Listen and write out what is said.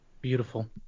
Beautiful